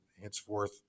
henceforth